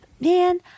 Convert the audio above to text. man